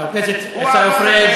חבר הכנסת עיסאווי פריג',